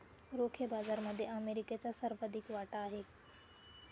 रोखे बाजारामध्ये अमेरिकेचा सर्वाधिक वाटा आहे